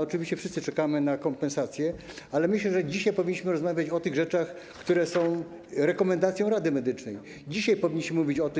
Oczywiście wszyscy czekamy na kompensację, ale myślę, że dzisiaj powinniśmy rozmawiać o rzeczach, które są rekomendacją Rady Medycznej; dzisiaj powinniśmy mówić o